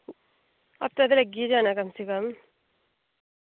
हफ्ता ते लग्गी गै जाना कम से कम